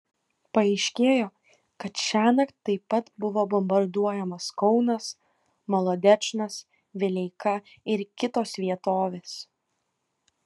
paaiškėjo kad šiąnakt taip pat buvo bombarduojamas kaunas molodečnas vileika ir kitos vietovės